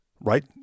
right